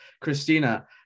Christina